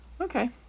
okay